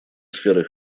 сферы